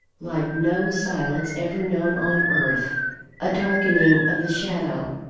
like no silence ever known on earth a darkening of the shadow,